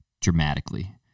dramatically